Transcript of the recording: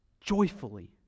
Joyfully